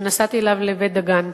שנסעתי אליו לבית-דגן.